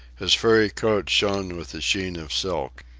his furry coat shone with the sheen of silk.